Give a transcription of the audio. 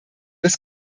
das